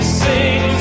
sing